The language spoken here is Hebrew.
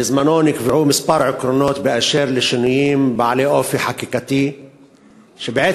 בזמנו נקבעו כמה עקרונות באשר לשינויים בעלי אופי חקיקתי שבעצם